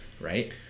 Right